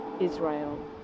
Israel